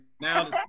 Now